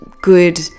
good